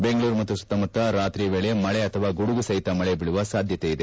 ಬೆಂಗಳೂರು ಮತ್ತು ಸುತ್ತಮುತ್ತ ರಾತ್ರಿಯ ವೇಳೆ ಮಳೆ ಅಥವಾ ಗುಡುಗು ಸಹಿತ ಮಳೆ ಸಾಧ್ಯತೆಯಿದೆ